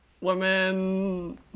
women